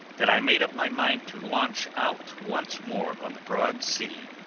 that i made up my mind to launch out once more on the broad sea,